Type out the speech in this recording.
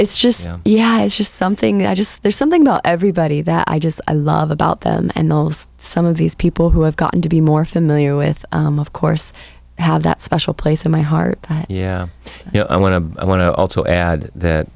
it's just yeah it's just something that i just there's something about everybody that i just i love about them and mills some of these people who have gotten to be more familiar with of course have that special place in my heart yeah you know i want to i want to also add that